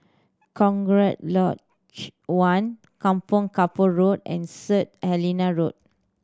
Cochrane Lodge One Kampong Kapor Road and Saint Helena Road